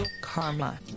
karma